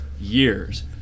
years